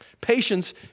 Patience